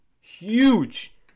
huge